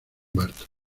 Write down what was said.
burton